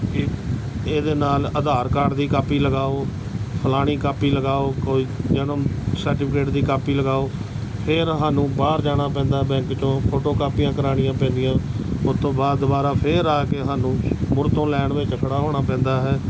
ਕਿ ਇਹਦੇ ਨਾਲ ਆਧਾਰ ਕਾਰਡ ਦੀ ਕਾਪੀ ਲਗਾਓ ਫਲਾਣੀ ਕਾਪੀ ਲਗਾਓ ਕੋਈ ਜਨਮ ਸਰਟੀਫਿਕੇਟ ਦੀ ਕਾਪੀ ਲਗਾਓ ਫਿਰ ਸਾਨੂੰ ਬਾਹਰ ਜਾਣਾ ਪੈਂਦਾ ਬੈਂਕ ਚੋਂ ਫੋਟੋ ਕਾਪੀਆਂ ਕਰਵਾਉਣੀਆਂ ਪੈਂਦੀਆਂ ਉਸ ਤੋਂ ਬਾਅਦ ਦੁਬਾਰਾ ਫਿਰ ਆ ਕੇ ਸਾਨੂੰ ਮੁੜ ਤੋਂ ਲੈਨ ਵਿਚ ਖੜਾ ਹੋਣਾ ਪੈਂਦਾ ਹੈ